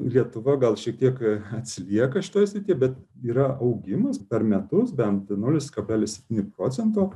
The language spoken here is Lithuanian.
lietuva gal šiek tiek atsilieka šioj srityje bet yra augimas per metus ben tnulis kablelis septyni procento